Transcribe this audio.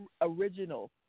original